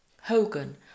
Hogan